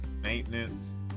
maintenance